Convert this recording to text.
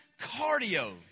cardio